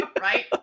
Right